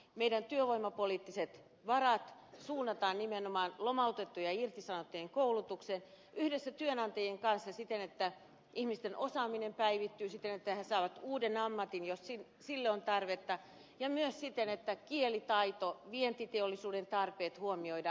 meidän työvoimapoliittiset varamme suunnataan nimenomaan lomautettujen ja irtisanottujen koulutukseen yhdessä työnantajien kanssa siten että ihmisten osaaminen päivittyy siten että he saavat uuden ammatin jos sille on tarvetta ja myös siten että kielitaito ja vientiteollisuuden tarpeet huomioidaan